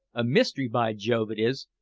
a mystery, by jove, it is!